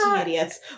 idiots